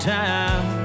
time